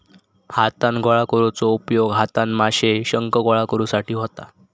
हातान गोळा करुचो उपयोग हातान माशे, शंख गोळा करुसाठी होता